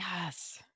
Yes